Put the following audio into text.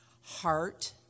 heart